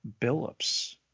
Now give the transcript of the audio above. billups